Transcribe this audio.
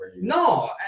No